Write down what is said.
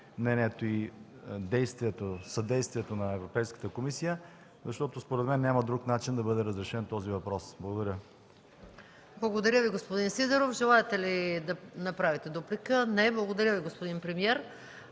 мнението, действието, съдействието на Европейската комисия, защото според мен няма друг начин да бъде разрешен този въпрос. Благодаря. ПРЕДСЕДАТЕЛ МАЯ МАНОЛОВА: Благодаря Ви, господин Сидеров. Желаете ли да направите дуплика? Не. Благодаря Ви, господин премиер.